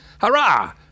Hurrah